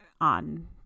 on